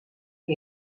què